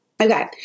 Okay